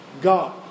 God